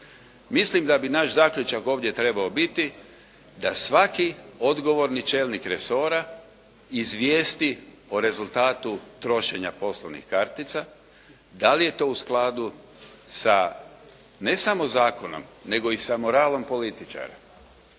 Mislim da bi naš zaključak ovdje trebao biti da svaki odgovorni čelnik resora izvijesti o rezultatu trošenja poslovnih kartica. Da li je to u skladu sa ne samo zakonom nego i sa moralom političara.